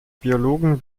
biologen